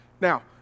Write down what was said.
Now